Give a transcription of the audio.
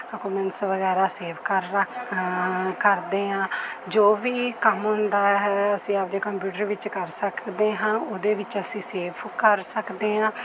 documents ਵਗੈਰਾ save ਕਰ ਰੱਖ ਕਰਦੇ ਹਾਂ ਜੋ ਵੀ ਕੰਮ ਹੁੰਦਾ ਹੈ ਅਸੀਂ ਆਪਦੇ ਕੰਪਿਊਟਰ ਵਿੱਚ ਕਰ ਸਕਦੇ ਹਾਂ ਉਹਦੇ ਵਿੱਚ ਅਸੀਂ ਸੇਫ ਕਰ ਸਕਦੇ ਹਾਂ